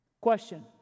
Question